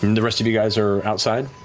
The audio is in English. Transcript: um the rest of you guys are outside?